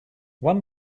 one